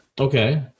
Okay